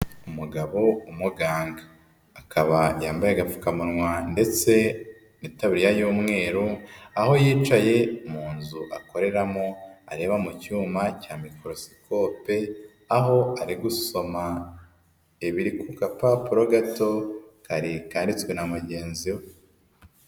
Umugabo w'umuganga akaba yambaye agapfukamunwa ndetse n'itariya y'umweru, aho yicaye mu nzu akoreramo areba mu cyuma cya mikorosikope aho ari gusoma ibiri ku gapapuro gato kari kanditswe na mugenzi we.